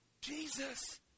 Jesus